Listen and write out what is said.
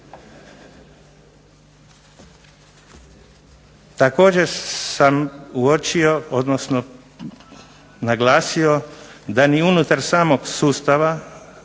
Također sam uočio, odnosno naglasio da ni unutar samog sustava